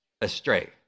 astray